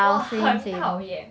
我很讨厌